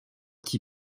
qui